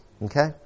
Okay